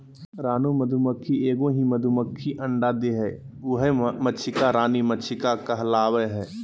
रानी मधुमक्खी एगो ही मधुमक्खी अंडे देहइ उहइ मक्षिका रानी मक्षिका कहलाबैय हइ